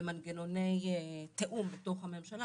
ומנגנוני תיאום בתוך הממשלה,